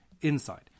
inside